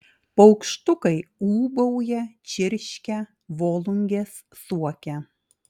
paukštukai ūbauja čirškia volungės suokia